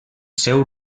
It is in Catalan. seu